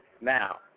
Now